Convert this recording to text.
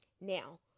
Now